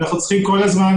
אנחנו צריכים כל הזמן,